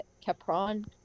Capron